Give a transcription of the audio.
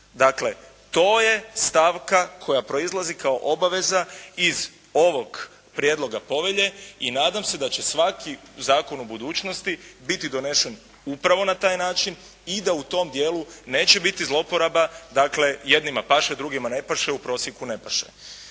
Dakle, to je stavka koja proizlazi kao obaveza iz ovog prijedloga povelje i nadam se da će svaki zakon u budućnosti biti donesen upravo na taj način i da u tom dijelu neće biti zlouporaba. Dakle, jednima paše, drugima ne paše, u prosjeku ne paše.